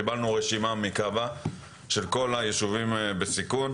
קיבלנו מכב"ה רשימה של כל היישובים בסיכון,